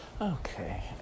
Okay